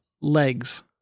Legs